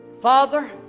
Father